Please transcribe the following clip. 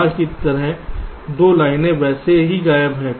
यहाँ की तरह 2 लाइनें वैसे भी गायब हैं